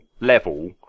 level